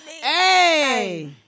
Hey